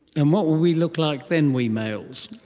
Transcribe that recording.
and what will we look like then, we males?